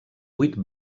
vuit